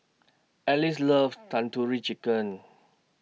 Alize loves Tandoori Chicken